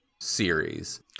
series